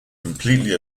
completely